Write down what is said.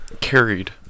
carried